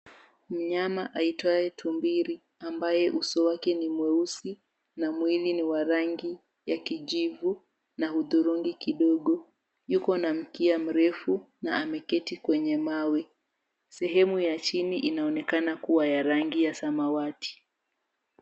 Mnyama aitwaye tumbili, ambaye uso wake ni mweusi na mwili ni wa rangi ya kijivu na hudhurungi kidogo yuko na mkia mrefu na ameketi kwenye mawe. Sehemu ya chini inaonekana kuwa ya rangi ya samawati.